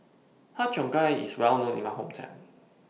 Har Cheong Gai IS Well known in My Hometown